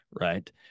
right